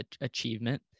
achievement